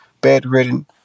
bedridden